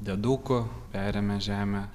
diedukų perėmė žemę